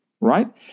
right